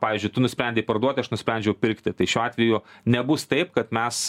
pavyzdžiui tu nusprendei parduoti aš nusprendžiau pirkti tai šiuo atveju nebus taip kad mes